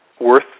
worth